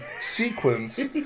sequence